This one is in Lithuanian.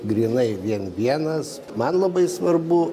grynai vien vienas man labai svarbu